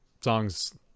songs